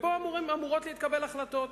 ופה אמורות להתקבל החלטות,